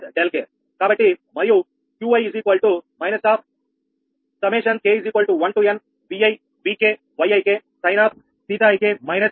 కాబట్టి మరియు 𝑄i − ∑nk1Vi Vk Yik sin𝜃ik − 𝛿i 𝛿k